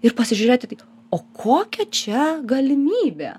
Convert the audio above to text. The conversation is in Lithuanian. ir pasižiūrėti tai o kokia čia galimybė